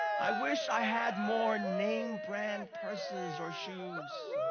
i wish i had more name brand purses or shoes.